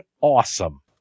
awesome